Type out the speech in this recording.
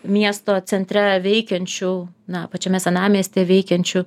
miesto centre veikiančių na pačiame senamiestyje veikiančių